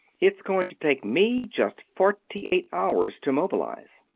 it's going to take me just forty-eight hours to mobilize.